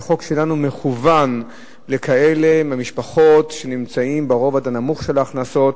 החוק שלנו מכוון לכאלה ממשפחות שנמצאות ברובד הנמוך של ההכנסות,